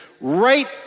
right